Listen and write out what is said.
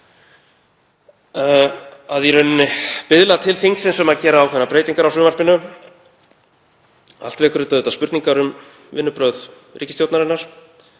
í rauninni að biðla til þingsins um að gera ákveðnar breytingar á frumvarpinu. Allt vekur þetta spurningar um vinnubrögð ríkisstjórnarinnar.